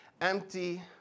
empty